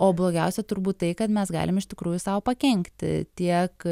o blogiausia turbūt tai kad mes galim iš tikrųjų sau pakenkti tiek